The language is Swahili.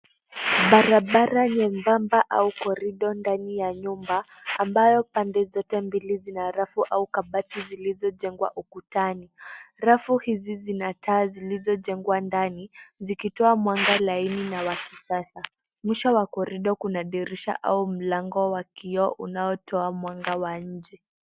Barabara nyembamba au korido ndani ya nyumba, ambapo pande zote mbili zina rafu au kabatai ziilizojengwa ukutani. Rafu hizi zina taa zilizojengwa ndani , zikitoa mwanga laini wa kisasa . Mwisho wa korido kuna dirisha au mlango wa kioo unaotoa mwanga wa nje.